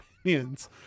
Opinions